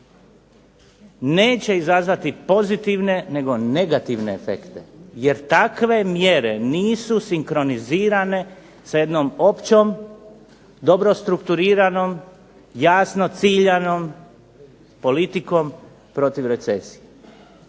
neće izazvati pozitivne nego negativne efekte. Jer takve mjere nisu sinkronizirane sa jednom općom, dobro strukturiranom, jasno ciljanom politikom protiv recesije.